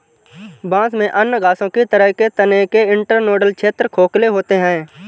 बांस में अन्य घासों की तरह के तने के इंटरनोडल क्षेत्र खोखले होते हैं